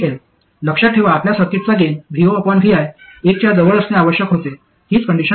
लक्षात ठेवा आपल्या सर्किटचा गेन vovi 1 च्या जवळ असणे आवश्यक होते हीच कंडिशन आहे